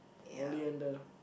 Oliander